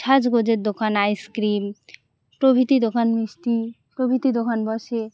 সাজগোজের দোকান আইসক্রিম প্রভৃতি দোকান মিষ্টি প্রভৃতি দোকান বসে